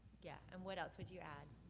yeah, and what else would you add?